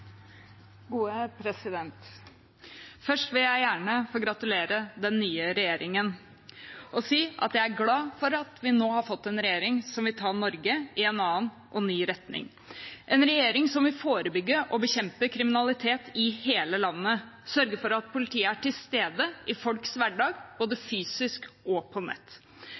Først vil jeg gjerne få gratulere den nye regjeringen og si at jeg er glad for at vi nå har fått en regjering som vil ta Norge i en annen og ny retning – en regjering som vil forebygge og bekjempe kriminalitet i hele landet og sørge for at politiet er til stede i folks hverdag, både fysisk og på nett.